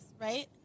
right